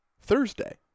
Thursday